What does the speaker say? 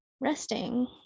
resting